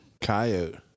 coyote